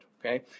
okay